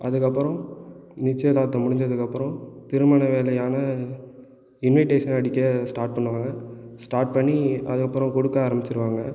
அதுக்கப்புறம் நிச்சயதார்த்தம் முடிஞ்சதுக்கப்புறம் திருமண வேலையான இன்விடேஷன் அடிக்க ஸ்டார்ட் பண்ணுவாங்க ஸ்டார்ட் பண்ணி அதுக்கப்புறம் கொடுக்க ஆரம்பிச்சுருவாங்க